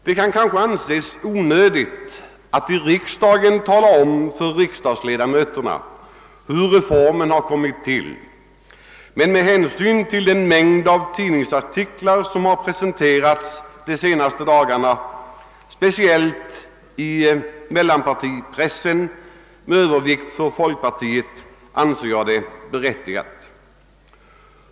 Det kan kanske anses onödigt att för riksdagens ledamöter tala om detta, men med hänsyn till den mängd av tidningsartiklar i saken som förekommit de senaste dagarna, speciellt i mellanpartipressen med övervikt för folkpartiet, anser jag det vara berättigat.